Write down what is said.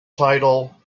title